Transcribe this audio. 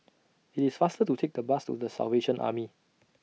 IT IS faster to Take The Bus to The Salvation Army